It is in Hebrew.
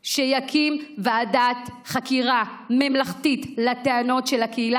שיקים ועדת חקירה ממלכתית לטענות של הקהילה,